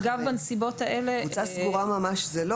זוהי לא קבוצה סגורה ממש,